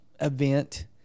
event